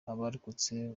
abarokotse